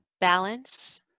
balance